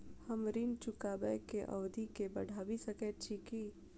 हम ऋण चुकाबै केँ अवधि केँ बढ़ाबी सकैत छी की?